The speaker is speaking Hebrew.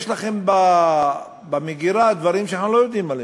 יש לכם במגירה דברים שאנחנו לא יודעים עליהם.